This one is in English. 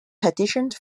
petitioned